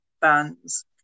bands